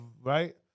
Right